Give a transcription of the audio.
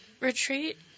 retreat